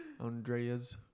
Andreas